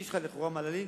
יש לך לכאורה מה להלין,